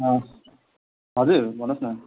हजुर भन्नुहोस् न